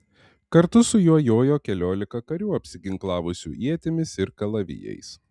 kartu su juo jojo keliolika karių apsiginklavusių ietimis ir kalavijais